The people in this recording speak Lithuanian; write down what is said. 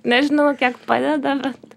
nežinau kiek padeda bet